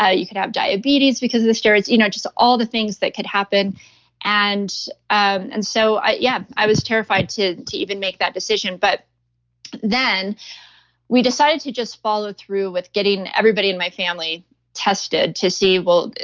yeah you could have diabetes because of the steroids, you know just all the things that could happen and and so yeah, i was terrified to to even make that decision but then we decided to just follow through with getting everybody in my family tested to see, well,